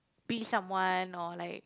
be someone or like